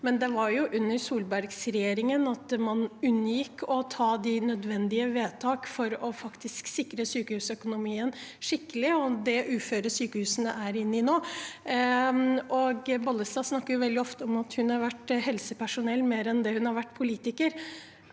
men det var jo under Solberg-regjeringen at man unngikk å fatte de nødvendige vedtak for faktisk å sikre sykehusøkonomien skikkelig for å unngå det uføret sykehusene er i nå. Bollestad snakker veldig ofte om at hun har vært helsepersonell mer enn hun har vært politiker.